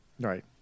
Right